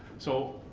so,